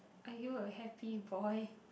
are you a happy boy